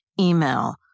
email